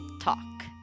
Talk